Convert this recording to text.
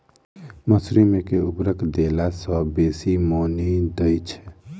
मसूरी मे केँ उर्वरक देला सऽ बेसी मॉनी दइ छै?